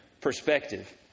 perspective